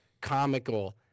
comical